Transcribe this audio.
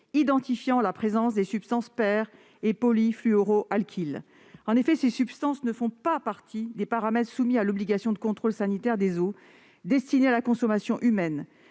identifiant la présence des perfluoroalkyles et des polyfluoroalkyles. En effet, ces substances ne font pas partie des paramètres soumis à l'obligation du contrôle sanitaire des eaux destinées à la consommation humaine,